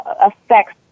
affects